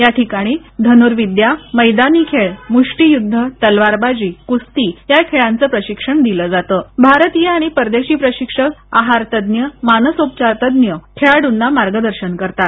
या ठिकाणी धनुर्विद्या मैदानी खेल मुष्ठी युद्ध तलवार बाजी कुस्ती या खेलाच प्रशिक्षण दिल जातं भारतीय आणि परदेशी प्रशिक्षक आहार तज्ञ मनसोपचर तज्ञ खेलादू ना मार्गदर्शन करतात